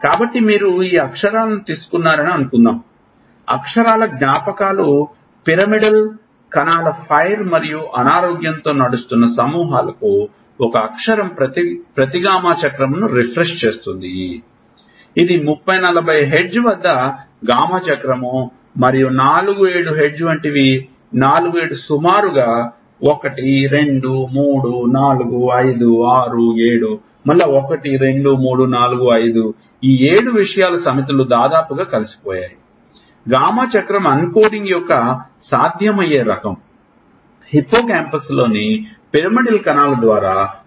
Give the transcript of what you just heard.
కాబట్టి మీరు ఈ అక్షరాలను తీసుకున్నారని అనుకుందాం అక్షరాల జ్ఞాపకాలు పిరమిడల్ కణాల ఫైర్ మరియు అనారోగ్యంతో నడుస్తున్న సమూహాలకు ఒక అక్షరం ప్రతి గామా చక్రంను రిఫ్రెష్ చేస్తుంది ఇది 30 40 హెర్ట్జ్ వద్ద గామా చక్రం మరియు ఇవి 4 నుండి 7 హెర్ట్జ్ వంటివి 4 7 సుమారుగా 1 2 3 4 5 6 7 1 2 3 4 5 ఈ 7 విషయాల సమితులు దాదాపుగా కలిసిపోయాయి ప్రతి గామా చక్రం అన్కోడింగ్ యొక్క సాధ్యమయ్యే రకం హిప్పోకాంపస్లోని పిరమిడల్ కణాల ద్వారా స్పందిస్తాయి